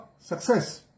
Success